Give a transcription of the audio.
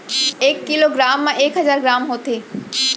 एक kilogram मा एक हजार ग्राम होथे